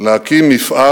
להקים מפעל